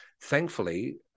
Thankfully